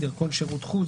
דרכון שירות חוץ,